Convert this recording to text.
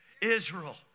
Israel